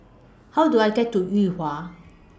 How Do I get to Yuhua